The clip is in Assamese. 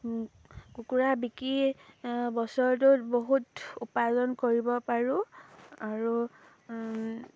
কুকুৰা বিকি বছৰটোত বহুত উপাৰ্জন কৰিব পাৰোঁ আৰু